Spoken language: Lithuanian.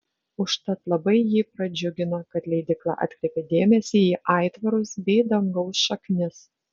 užtat labai jį pradžiugino kad leidykla atkreipė dėmesį į aitvarus bei dangaus šaknis